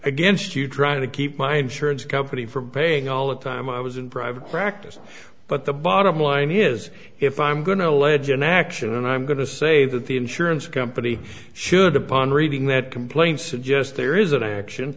against you trying to keep my insurance company from paying all the time i was in private practice but the bottom line is if i'm going to allege inaction and i'm going to say that the insurance company should upon reading that complaint suggest there is an action